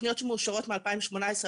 תוכניות שמאושרות מ-2017-2018,